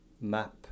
map